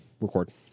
record